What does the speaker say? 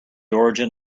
origin